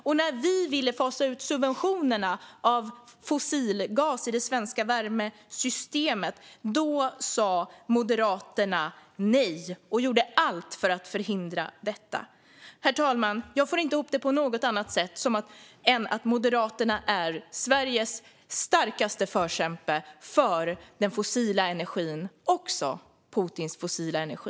Och när vi ville fasa ut subventionerna till fossilgas i det svenska värmesystemet sa Moderaterna nej och gjorde allt för att förhindra detta. Herr talman! Jag får inte ihop det på något annat sätt än att Moderaterna är Sveriges starkaste förkämpe för den fossila energin, även Putins fossila energi.